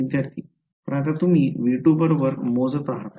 विद्यार्थी पण आता तुम्ही V2 बरोबर मोजता आहात